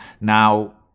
now